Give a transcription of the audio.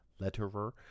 letterer